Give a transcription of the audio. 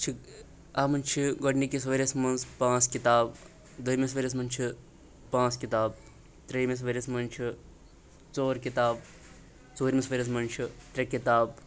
چھِ اَتھ منٛز چھِ گۄڈنِکِس ؤرِیَس منٛز پانٛژھ کِتاب دوٚیمِس ؤرِیَس منٛز چھِ پانٛژھ کِتاب ترٛیٚیِمِس ؤرِیَس منٛز چھِ ژور کِتاب ژوٗرۍمِس ؤرِیَس منٛز چھِ ترٛےٚ کِتاب